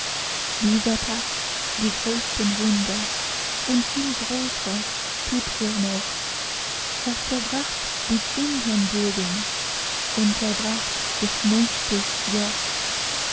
die größten wunder und viel größre tut er noch er zerbrach die zwingherrnburgen und zerbrach des knechtes joch